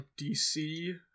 DC